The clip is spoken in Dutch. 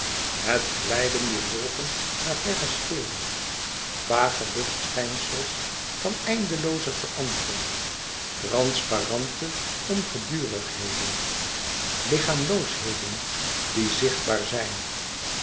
het glijden dier wolken naar verre sferen vage luchtschijnsels van eindelooze verandering transparante ongedurigheden lichaamloosheden die zichtbaar zijn